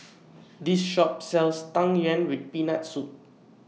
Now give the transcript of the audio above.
This Shop sells Tang Yuen with Peanut Soup